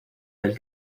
del